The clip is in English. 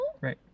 Right